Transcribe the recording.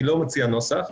אני לא מציע נוסח,